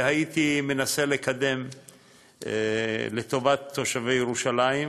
והייתי מנסה לקדם לטובת תושבי ירושלים,